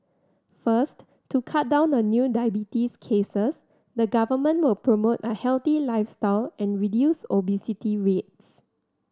first to cut down the new diabetes cases the Government will promote a healthy lifestyle and reduce obesity rates